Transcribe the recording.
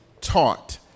taught